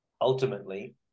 ultimately